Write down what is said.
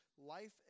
Life